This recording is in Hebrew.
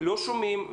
לא שומעים,